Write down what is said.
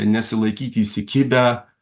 nesilaikyti įsikibę